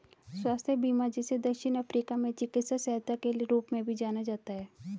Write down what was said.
स्वास्थ्य बीमा जिसे दक्षिण अफ्रीका में चिकित्सा सहायता के रूप में भी जाना जाता है